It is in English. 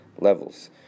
levels